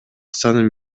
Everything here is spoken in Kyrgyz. санын